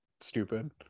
stupid